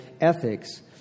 ethics